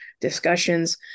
discussions